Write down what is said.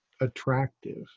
attractive